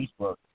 Facebook